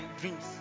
dreams